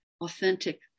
authentic